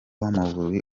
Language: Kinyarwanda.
w’amavubi